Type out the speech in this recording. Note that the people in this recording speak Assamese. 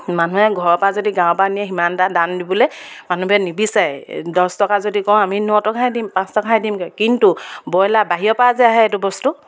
মানুহে ঘৰৰপৰা যদি গাঁৱৰৰপৰা নিয়ে সিমানটা দাম দিবলৈ মানুহবিলাকে নিবিচাৰে দহ টকা যদি কওঁ আমি ন টকাই দিম পাঁচ টকাহে দিম কয় কিন্তু ব্ৰইলাৰ বাহিৰৰপৰা যে আহে এইটো বস্তু